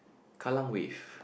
Kallang Wave